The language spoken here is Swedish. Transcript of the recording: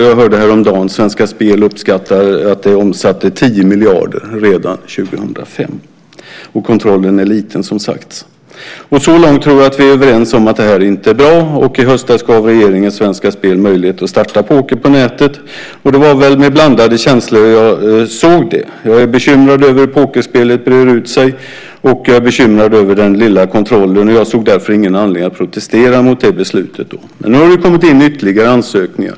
Jag hörde häromdagen att Svenska Spel uppskattar att det spelet omsatte 10 miljarder redan år 2005, och kontrollen är som sagt liten. Så långt tror jag att vi är överens om att det inte är bra. I höstas gav regeringen Svenska Spel möjlighet att starta poker på nätet. Det var med blandade känslor jag såg det. Jag är bekymrad över hur pokerspelet breder ut sig, och jag är bekymrad över den lilla kontrollen. Jag såg därför ingen anledning att då protestera mot beslutet. Nu har det kommit in ytterligare ansökningar.